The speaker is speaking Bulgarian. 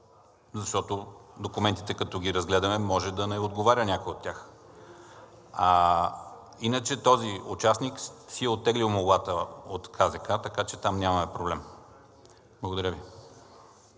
защото документите, като ги разгледаме, може да не отговаря някой от тях. А иначе този участник си е оттеглил молбата от КЗК, така че там нямаме проблем. Благодаря Ви.